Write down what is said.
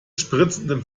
spritzendem